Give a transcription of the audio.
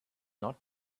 not